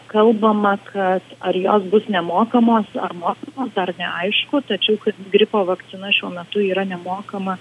kalbama kad ar jos bus nemokamos ar mokamos dar neaišku tačiau kad gripo vakcina šiuo metu yra nemokama